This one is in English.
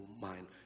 mind